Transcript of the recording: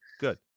good